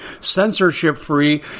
censorship-free